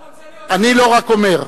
אבל הוא לא רוצה להיות, אני לא רק אומר.